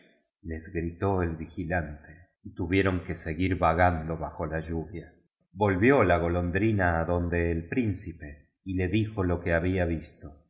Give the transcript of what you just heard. les gritó el vigilante y tu vieron que seguir vagando bajo la lluvia volvió la golondrina a donde el príncipe y le dijo lo que había visto